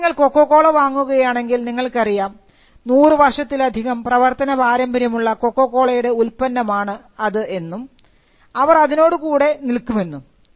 ഇപ്പോൾ നിങ്ങൾ കൊക്കകോള വാങ്ങുകയാണെങ്കിൽ നിങ്ങൾക്കറിയാം 100 വർഷത്തിലധികം പ്രവർത്തന പാരമ്പര്യമുള്ള കൊക്കകോളയുടെ ഉൽപ്പന്നമാണ് അത് എന്നും അവർ അതിനോട് കൂടെ നിൽക്കുമെന്നും